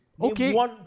okay